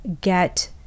get